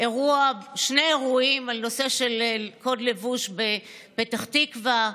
עברנו שני אירועים בנושא של קוד לבוש בפתח תקווה.